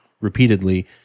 repeatedly